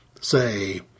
say